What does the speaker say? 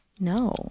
No